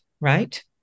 right